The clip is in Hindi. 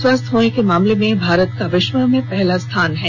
स्वस्थ होने के मामले में भारत का विश्व में पहला स्थान है